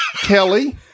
Kelly